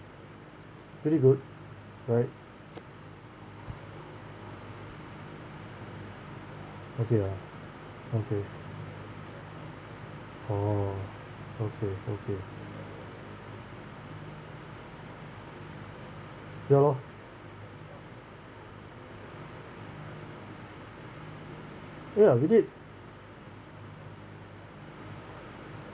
very good right okay lah okay oh okay okay ya lor ya we did